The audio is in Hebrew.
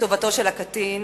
את טובתו של הקטין,